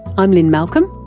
i'm lynne malcolm.